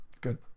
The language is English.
good